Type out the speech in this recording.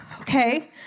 Okay